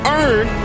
earn